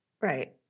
Right